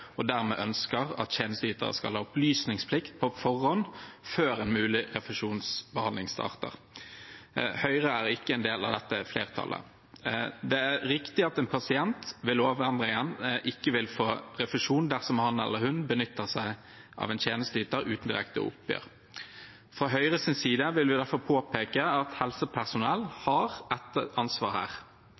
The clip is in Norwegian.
ønsker dermed at tjenesteytere skal ha opplysningsplikt på forhånd før en mulig refusjonsbehandling starter. Høyre er ikke en del av dette flertallet. Det er riktig at en pasient med lovendringen ikke vil få refusjon dersom han eller hun benytter seg av en tjenesteyter uten direkte oppgjør. Fra Høyres side vil vi derfor påpeke at helsepersonell har et ansvar her